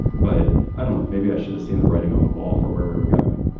but i don't know. maybe i should've seen the writing on the wall for where we're going.